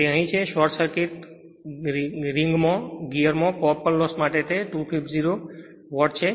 તે અહીં છે શોર્ટ સર્કિટિંગ ગિયરમાં કોપર લોસ માટે તે 250 વોટ છે